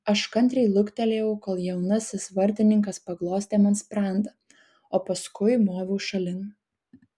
aš kantriai luktelėjau kol jaunasis vartininkas paglostė man sprandą o paskui moviau šalin